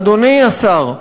אדוני השר,